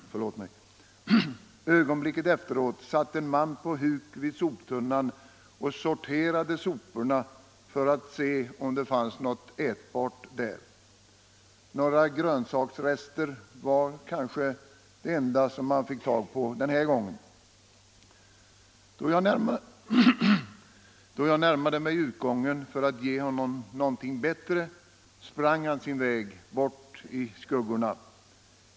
Ögonblicket efteråt satt en man på huk vid soptunnan och sorterade soporna för att se om det fanns något ätbart där. Några grönsaksrester var troligen det enda han fick tag på den gången. Då jag närmade mig utgången för att ge honom någonting bättre sprang han sin väg, bort i skuggorna.